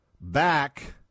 back